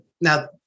Now